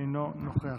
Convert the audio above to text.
אינו נוכח,